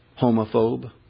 homophobe